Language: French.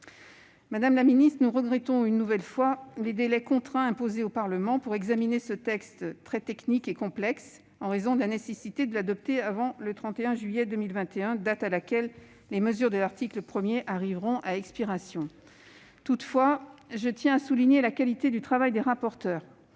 Madame la ministre, nous regrettons une nouvelle fois les délais contraints imposés au Parlement pour examiner ce texte très technique et complexe, en raison de la nécessité de l'adopter avant le 31 juillet 2021, date à laquelle les mesures de l'article 1 arriveront à expiration. Toutefois, je tiens à souligner la qualité du travail des rapporteurs,